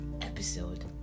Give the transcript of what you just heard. episode